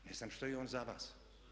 Ne znam što je on za vas?